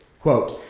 quote,